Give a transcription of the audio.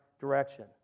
direction